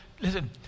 listen